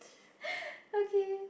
okay